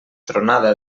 tronada